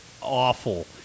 awful